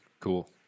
Cool